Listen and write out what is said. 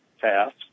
tasks